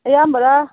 ꯑꯌꯥꯝꯕꯔꯥ